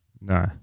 No